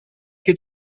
che